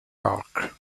park